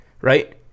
Right